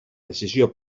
decisió